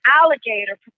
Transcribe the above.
alligator